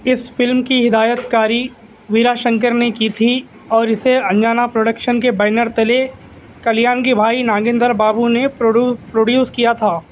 اس فلم کی ہدایت کاری ویرا شنکر نے کی تھی اور اسے انجانا پروڈکشن کے بینر تلے کلیان کے بھائی ناگیندر بابو نے پروڈیوس کیا تھا